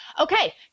Okay